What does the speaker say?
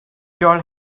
told